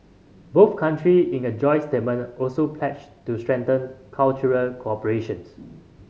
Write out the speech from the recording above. both countries in a joint statement also pledged to strengthen cultural cooperation's